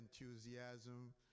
enthusiasm